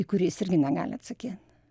į kurį jis irgi negali atsakyt